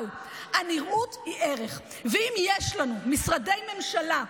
אבל הנראות היא ערך, ואם יש לנו משרדי ממשלה,